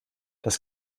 das